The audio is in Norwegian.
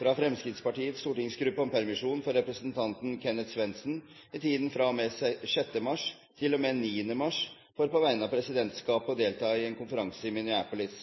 fra Fremskrittspartiets stortingsgruppe om permisjon for representanten Kenneth Svendsen i tiden fra og med 6. mars til og med 9. mars for på vegne av Presidentskapet å delta i konferanse i Minneapolis